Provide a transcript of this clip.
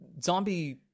zombie